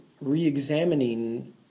re-examining